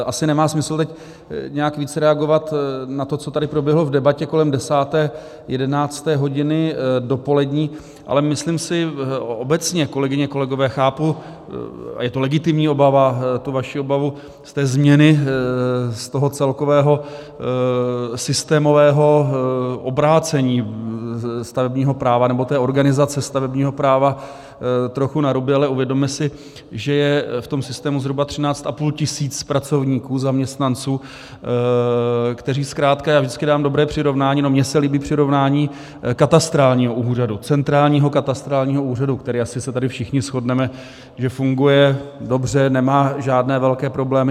Asi nemá smysl teď nějak více reagovat na to, co tady proběhlo v debatě kolem desáté jedenácté hodiny dopolední, ale myslím si obecně, kolegyně, kolegové, chápu a je to legitimní obava tu vaši obavu ze změny z toho celkového systémového obrácení stavebního práva, nebo té organizace stavebního práva trochu naruby, ale uvědomme si, že je v tom systému zhruba 13,5 tisíce pracovníků, zaměstnanců, kteří zkrátka já vždycky dám dobré přirovnání, nebo mně se líbí přirovnání katastrálního úřadu, centrálního katastrálního úřadu, který, asi se tady všichni shodneme, že funguje dobře, nemá žádné velké problémy.